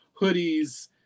hoodies